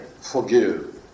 forgive